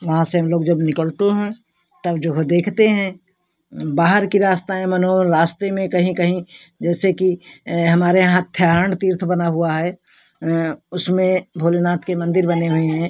वहाँ से हम लोग जब निकलते हैं तब जो है देखते हैं बाहर की रास्ता हैं मनो रास्ते में कहीं कहीं जैसे कि हमारे यहाँ थैरांड तीर्थ बना हुआ है उसमें भोलेनाथ के मन्दिर बने हुए हैं